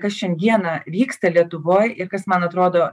kas šiandieną vyksta lietuvoj ir kas man atrodo